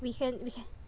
we can we can